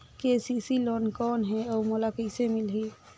KCC loan कौन हे अउ मोला कइसे मिलही?